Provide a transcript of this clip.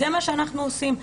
זה מה שאנחנו עושים.